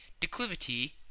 declivity